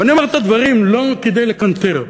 ואני אומר את הדברים לא כדי לקנטר,